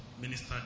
minister